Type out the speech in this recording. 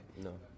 No